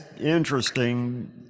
interesting